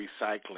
recycling